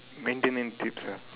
maintenance tips ah